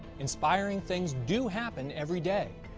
inspiring things do happen every day.